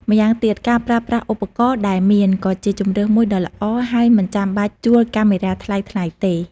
ម្យ៉ាងទៀតការប្រើប្រាស់ឧបករណ៍ដែលមានក៏ជាជម្រើសមួយដ៏ល្អ ហើយមិនចាំបាច់ជួលកាមេរ៉ាថ្លៃៗទេ។